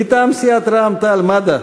מטעם סיעת רע"ם-תע"ל-מד"ע,